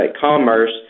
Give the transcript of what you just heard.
commerce